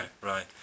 Right